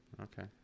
Okay